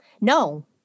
No